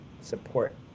support